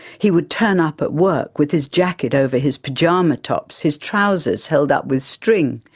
he would turn up at work with his jacket over his pyjama tops, his trousers held up with string,